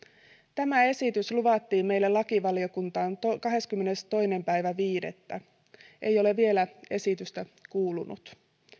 tämä esitys luvattiin meille lakivaliokuntaan kahdeskymmenestoinen viidettä ei ole vielä esitystä kuulunut